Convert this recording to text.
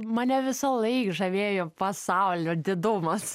mane visąlaik žavėjo pasaulio didumas